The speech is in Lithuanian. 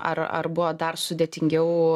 ar ar buvo dar sudėtingiau